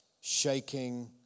shaking